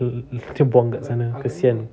macam buang kat sana kesian